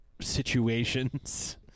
situations